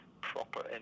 proper